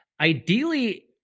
Ideally